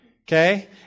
Okay